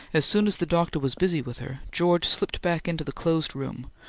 as soon as the doctor was busy with her, george slipped back into the closed room,